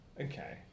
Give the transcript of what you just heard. okay